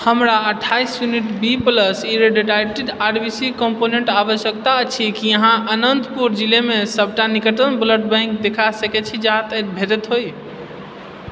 हमरा अट्ठाईस unit B plus irradiated R B C कम्पोनेंटके आवश्यकता अछि की अहाँ अनंतपुर जिलामे सबटा निकटतम ब्लड बैंक देखा सकैत छी जतए ई भेटैत होए